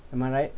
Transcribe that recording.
am I right